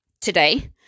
today